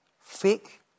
Fake